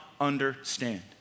understand